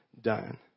done